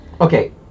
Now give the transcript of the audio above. Okay